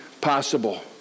possible